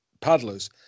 paddlers